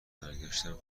برگشتم